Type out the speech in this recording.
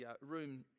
room